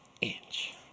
inch